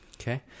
Okay